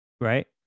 right